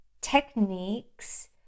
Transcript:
techniques